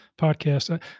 podcast